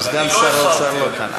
וסגן שר האוצר לא כאן.